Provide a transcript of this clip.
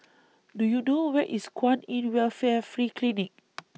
Do YOU know Where IS Kwan in Welfare Free Clinic